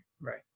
right